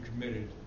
committed